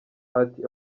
ati